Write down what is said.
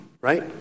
Right